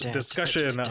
discussion